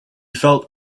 felt